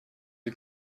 sie